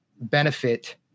benefit